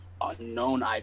unknown